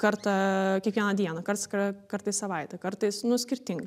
kartą kiekvieną dieną karts kr kartą į savaitę kartais nu skirtingai